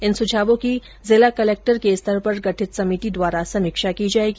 इन सुझावों की जिला कलेक्टर के स्तर पर गठित समिति द्वारा समीक्षा की जायेगी